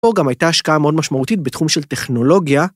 ‫פה גם הייתה השקעה מאוד משמעותית ‫בתחום של טכנולוגיה.